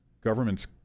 governments